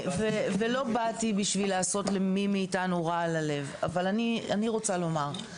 ולא באתי בשביל לעשות למי מאתנו רע על הלב אבל אני רוצה לומר.